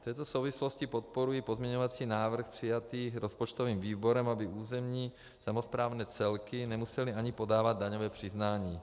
V této souvislosti podporuji pozměňovací návrh přijatý rozpočtovým výborem, aby územní samosprávné celky nemusely ani podávat daňové přiznání.